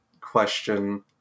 question